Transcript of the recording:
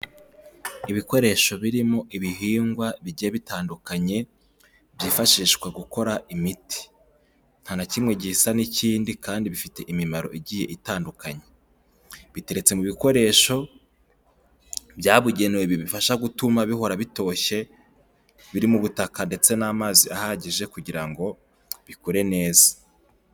Ibikoresho birimo ibihingwa bigiye bitandukanye byifashishwa gukora imiti, nta na kimwe gisa n'ikindi kandi bifite imimaro igiye itandukanye, biteretse mu bikoresho, byabugenewe bibifasha gutuma bihora bitoshye, biri mu butaka ndetse n'amazi ahagije kugira ngo bikure neza.